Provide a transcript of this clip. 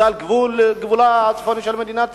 זה על גבולה הצפוני של מדינת ישראל.